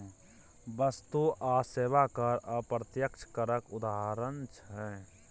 बस्तु आ सेबा कर अप्रत्यक्ष करक उदाहरण छै